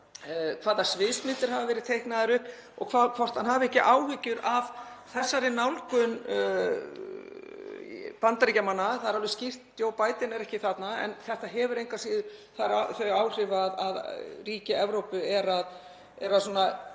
hvaða sviðsmyndir hafa verið teiknaðar upp og hvort hann hafi ekki áhyggjur af þessari nálgun Bandaríkjamanna. Það er alveg skýrt að Joe Biden er ekki þarna en þetta hefur engu að síður þau áhrif að ríki Evrópu eru að